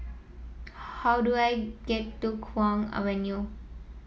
how do I get to Kwong Avenue